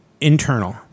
internal